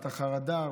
את החרדה,